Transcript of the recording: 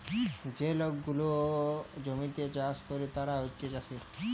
যে লক গুলা জমিতে চাষ ক্যরে তারা হছে চাষী